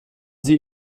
sie